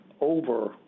over –